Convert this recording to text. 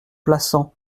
plassans